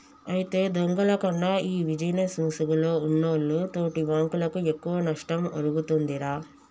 అయితే దొంగల కన్నా ఈ బిజినేస్ ముసుగులో ఉన్నోల్లు తోటి బాంకులకు ఎక్కువ నష్టం ఒరుగుతుందిరా